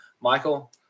Michael